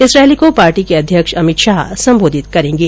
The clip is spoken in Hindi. इस रैली को पार्टी के अध्यक्ष अमित शाह सम्बोधित करेंगे